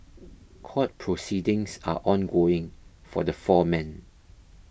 court proceedings are ongoing for the four men